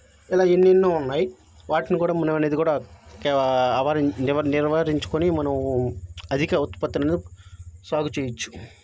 ఇలా ఎన్నెన్నో ఉన్నాయి వాటిని కూడా మనం అనేది కూడా అవరి నివ నిర్వహించుకొని మనము అధిక ఉత్పత్తులు సాగు చెయ్యవచ్చు